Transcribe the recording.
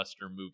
movie